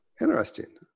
interesting